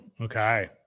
Okay